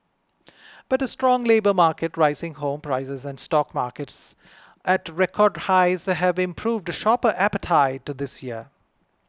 but a strong labour market rising home prices and stock markets at record highs have improved shopper appetite this year